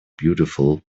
beautiful